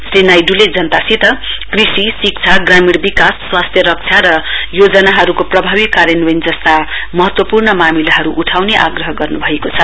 श्री नाइडुले जनतासित कृषि शिक्षा ग्रामीण विकास स्वास्थ्य र योजनाहरूको प्रभावी कार्यान्वयन जस्ता महत्वपूर्ण मामिलाहरू उठाउने आग्रह गर्नु भएको छ